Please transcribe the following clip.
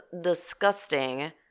disgusting